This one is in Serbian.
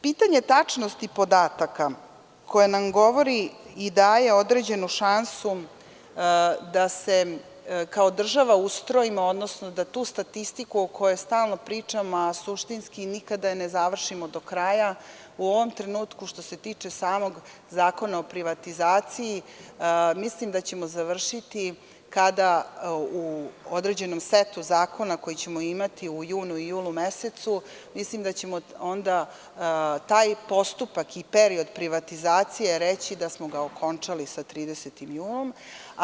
Pitanje tačnosti podataka koje nam govori i daje određenu šansu da se kao država ustrojimo, odnosno da tu statistiku o kojoj stalno pričamo, a suštinski je nikada ne završimo do kraja, u ovom trenutku, što se tiče samog Zakona o privatizaciji, mislim da ćemo završiti kada u određenom setu zakona koji ćemo imati u junu i julu mesecu, mislim da ćemo onda reći da smo taj postupak i period privatizacije okončali sa 30. junom.